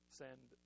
send